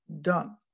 done